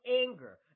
anger